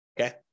Okay